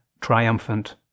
triumphant